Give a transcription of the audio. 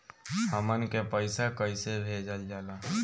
हमन के पईसा कइसे भेजल जाला?